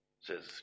says